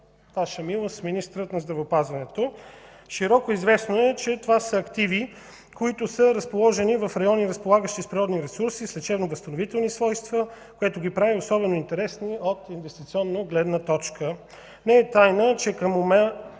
Ваша милост, министърът на здравеопазването. Широко известно е, че това са активи, които са разположени в райони, разполагащи с природни ресурси с лечебно-възстановителни свойства, което ги прави особено интересни от инвестиционна гледна точка. Не е тайна, че към